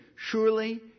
Surely